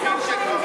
פופוליסטים,